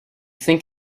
think